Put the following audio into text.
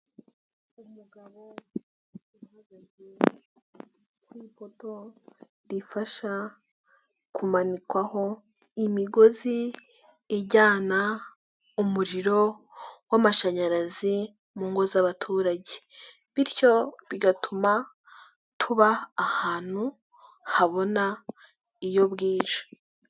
Ipoto rifasha kumanikwaho imigozi ijyana umuriro w'amashanyarazi mu ngo z'abaturage; bityo bigatuma tuba ahantu habona iyo bwije.